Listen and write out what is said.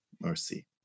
mercy